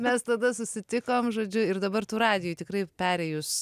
mes tada susitikom žodžiu ir dabar tų radijuj tikrai perėjus